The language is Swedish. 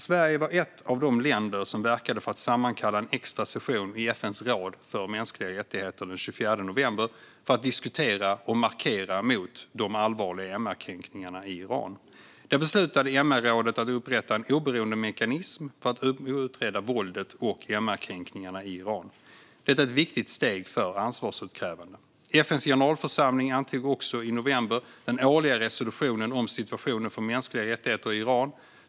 Sverige var ett av de länder som verkade för att sammankalla en extra session i FN:s råd för mänskliga rättigheter den 24 november för att diskutera och markera mot de allvarliga MR-kränkningarna i Iran. Där beslutade MR-rådet att upprätta en oberoende mekanism för att utreda våldet och MR-kränkningarna i Iran. Detta är ett viktigt steg för ansvarsutkrävande. FN:s generalförsamling antog också i november den årliga resolutionen om situationen för mänskliga rättigheter i Iran.